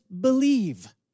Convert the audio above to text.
believe